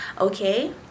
okay